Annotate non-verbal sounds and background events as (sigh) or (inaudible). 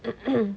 (coughs)